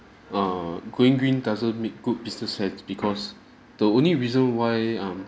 err going green doesn't make good business health because the only reason why um